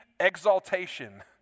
Exaltation